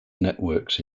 networks